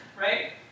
right